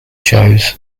shows